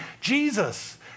Jesus